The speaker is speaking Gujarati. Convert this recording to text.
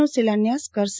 નો શિલાન્યાસ કરશે